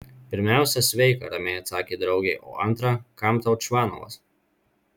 pirmiausia sveika ramiai atsakė draugė o antra kam tau čvanovas